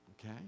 Okay